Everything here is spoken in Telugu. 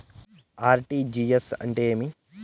ఆర్.టి.జి.ఎస్ అంటే ఏమి